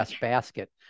basket